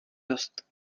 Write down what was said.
dost